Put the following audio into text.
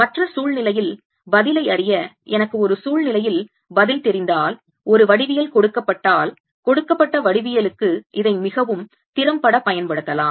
மற்ற சூழ்நிலையில் பதிலை அறிய எனக்கு ஒரு சூழ்நிலையில் பதில் தெரிந்தால் ஒரு வடிவியல் கொடுக்கப்பட்டால் கொடுக்கப்பட்ட வடிவியலுக்கு இதை மிகவும் திறம்பட பயன்படுத்தலாம்